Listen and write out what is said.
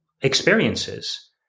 experiences